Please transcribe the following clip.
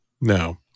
No